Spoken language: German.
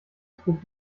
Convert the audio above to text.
trug